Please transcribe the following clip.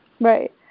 Right